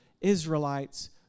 Israelites